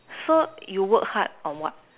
so you work hard on what